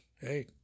hey